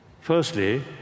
firstly